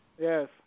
Yes